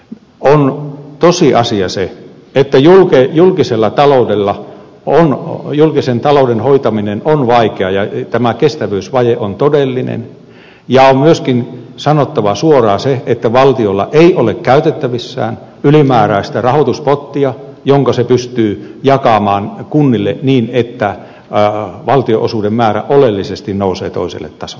tosiasia on se että julkisen talouden hoitaminen on vaikeaa ja tämä kestävyysvaje on todellinen ja on myöskin sanottava suoraan se että valtiolla ei ole käytettävissään ylimääräistä rahoituspottia jonka se pystyy jakamaan kunnille niin että valtionosuuden määrä oleellisesti nousee toiselle tasolle